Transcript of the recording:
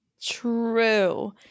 True